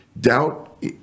doubt